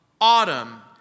autumn